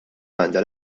għandha